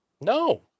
No